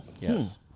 Yes